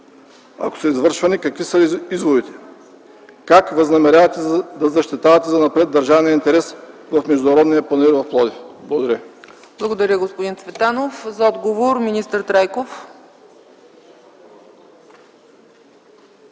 Ако са извършвани, какви са изводите? Как възнамерявате да защитавате занапред държавния интерес в Международния панаир в Пловдив? Благодаря. ПРЕДСЕДАТЕЛ ЦЕЦКА ЦАЧЕВА: Благодаря, господин Цветанов. За отговор – министър Трайков.